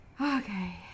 Okay